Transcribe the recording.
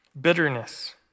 Bitterness